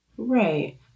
Right